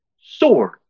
sword